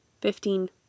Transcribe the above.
Fifteen